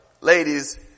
ladies